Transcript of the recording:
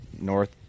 north